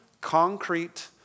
concrete